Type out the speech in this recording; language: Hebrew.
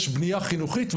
יש בנייה חינוכית,